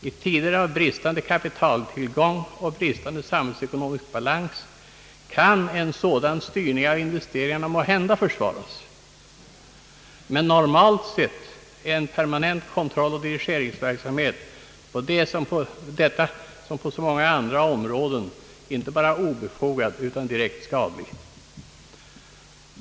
I tider av bristande kapitaltillgång och bristande samhällsekonomisk balans kan en sådan styrning av investeringarna måhända försvaras, men normalt sett är en permanent kontrolloch diri geringsverksamhet på detta som på så många andra områden inte bara obefogad utan direkt skadlig.